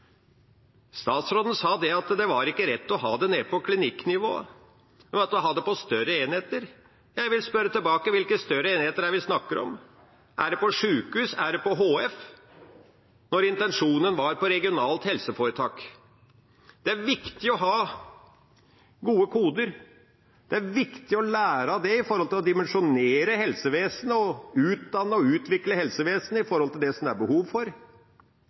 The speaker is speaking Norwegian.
Statsråden sa at det ikke var rett å ha det nede på klinikknivå, og at man måtte ha det på større enheter. Jeg vil da spørre tilbake: Hvilke større enheter snakker en da om? Er det på sykehus? Er det i helseforetak? Intensjonen var å ha det på regionalt helseforetaksnivå. Det er viktig å ha gode koder. Det er viktig å lære av det, med tanke på å dimensjonere, utdanne og utvikle helsevesenet ut ifra hva det er behov for.